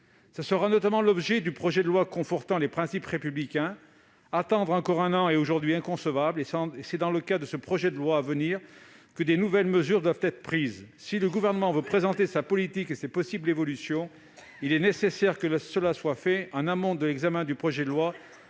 Ce sera notamment l'objet du projet de loi confortant les principes républicains. Attendre encore un an est aujourd'hui inconcevable. C'est dans le cadre de ce texte à venir que de nouvelles mesures doivent être prises. Si le Gouvernement veut présenter sa politique et ses possibles évolutions, il est nécessaire que cela soit fait en amont de l'examen du projet de loi